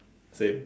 same